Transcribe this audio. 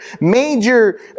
major